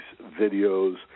videos